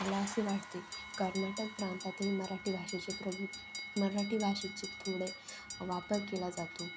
मला असे वाटते कर्नाटक प्रांतातही मराठी भाषेचे प्रभुत्व मराठी भाषेचे थोडे वापर केला जातो